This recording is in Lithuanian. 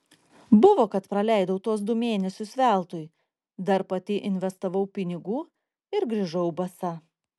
buvo kad praleidau tuos du mėnesius veltui dar pati investavau pinigų ir grįžau basa